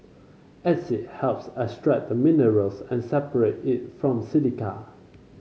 acid helps extract the mineral and separate it from silica